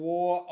War